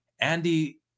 Andy